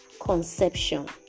conception